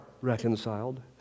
reconciled